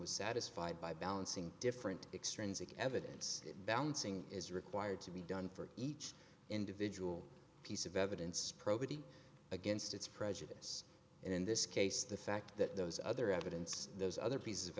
was satisfied by balancing different extrinsic evidence balancing is required to be done for each individual piece of evidence probity against its prejudice and in this case the fact that those other evidence those other pieces of